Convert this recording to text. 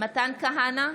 מתן כהנא,